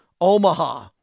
Omaha